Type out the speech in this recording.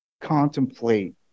contemplate